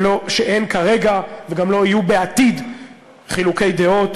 שאין כרגע וגם לא יהיו בעתיד חילוקי דעות,